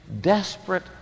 desperate